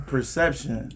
Perception